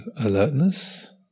alertness